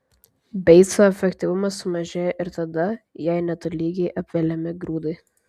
beico efektyvumas sumažėja ir tada jei netolygiai apveliami grūdai